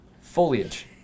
Foliage